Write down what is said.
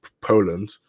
Poland